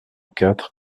quatre